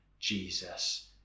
Jesus